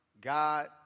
God